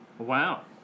Wow